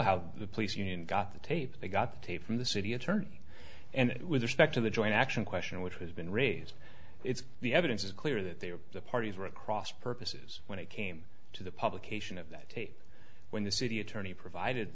how the police union got the tape they got the tape from the city attorney and it with respect to the joint action question which has been raised it's the evidence is clear that they were the parties were at cross purposes when it came to the publication of that tape when the city attorney provided